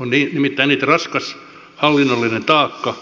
on nimittäin niin että raskas hallinnollinen taakka